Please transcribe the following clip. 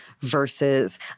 versus